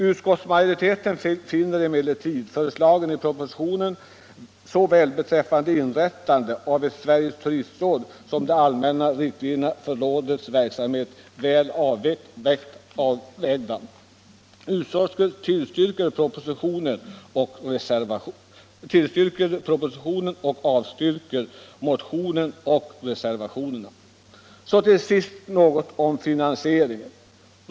Utskottsmajoriteten finner emellertid förslagen i propositionen såväl om inrättande av ett Sveriges turistråd som i fråga om de allmänna riktlinjerna för rådets verksamhet vara väl avvägda. Därför tillstyrker utskottet propositionen i denna del och avstyrker motionen. Så till sist något om finansieringen.